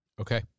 Okay